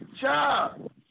job